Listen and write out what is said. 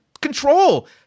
control